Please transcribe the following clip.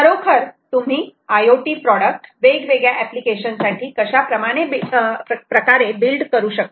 खरोखर तुम्ही IoT product वेगवेगळ्या एप्लीकेशन साठी कशाप्रकारे बिल्ड करू शकतात